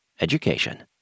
education